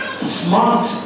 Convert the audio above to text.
Smart